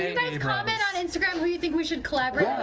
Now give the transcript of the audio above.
comment on instagram do you think we should collaborate.